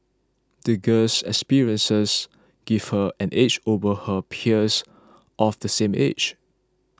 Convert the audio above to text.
the girl's experiences gave her an edge over her peers of the same age